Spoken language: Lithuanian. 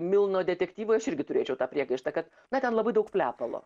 milno detektyvu aš irgi turėčiau tą priekaištą kad na ten labai daug plepalo